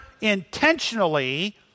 intentionally